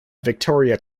victoria